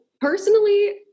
personally